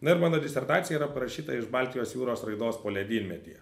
na ir mano disertacija yra parašyta iš baltijos jūros raidos poledynmetyje